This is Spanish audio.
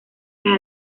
las